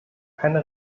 keine